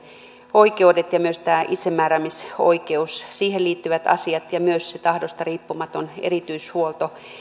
oikeudet ja myös tämä itsemääräämisoikeus siihen liittyvät asiat ja myös se tahdosta riippumaton erityishuolto